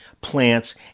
plants